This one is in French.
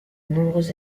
nombreuses